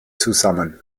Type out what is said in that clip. zusammen